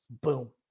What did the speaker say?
boom